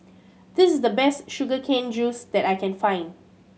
this is the best sugar cane juice that I can find